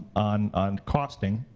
on on costing,